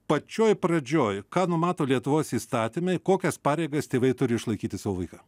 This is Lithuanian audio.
pačioj pradžioj ką numato lietuvos įstatymai kokias pareigas tėvai turi išlaikyti savo vaikam